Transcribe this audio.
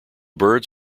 birds